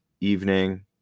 evening